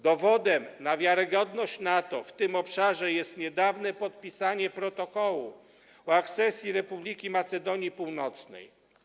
Dowodem na wiarygodność NATO w tym obszarze jest niedawne podpisanie protokołu o akcesji Republiki Macedonii Północnej.